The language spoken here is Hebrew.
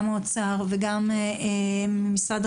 גם האוצר וגם החינוך,